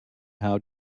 how